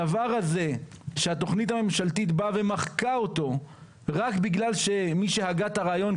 הדבר הזה שהתוכנית הממשלתית באה ומחקה אותו רק בגלל שמי שהגה את הרעיון,